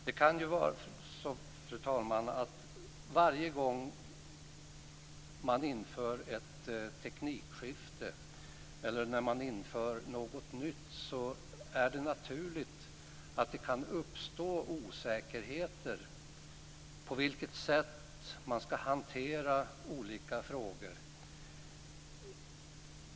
Fru talman! Varje gång när man står inför ett teknikskifte eller när man inför något nytt är det naturligt att det kan uppstå osäkerhet om vilket sätt man ska hantera olika frågor på.